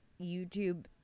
YouTube